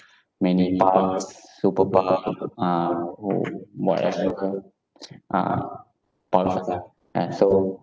many super ah oo whatever ah ah ah so